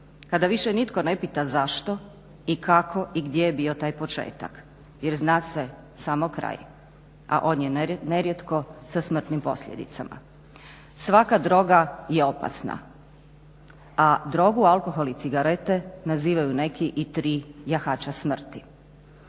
kada više nitko ne pita zašto i kako i gdje je bio taj početak, jer zna se samo kraj a on je nerijetko sa smrtnim posljedicama. Svaka droga je opasna, a drogu, alkohol i cigarete nazivaju neki i tri jahača smrti.